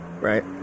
right